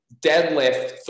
deadlift